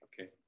okay